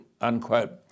unquote